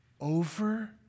over